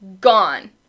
gone